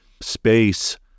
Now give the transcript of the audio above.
space